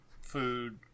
food